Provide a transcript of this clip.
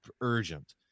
urgent